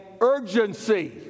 urgency